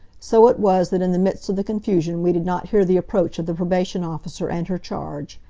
so it was that in the midst of the confusion we did not hear the approach of the probation officer and her charge.